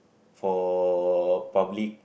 for public